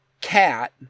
cat